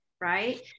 right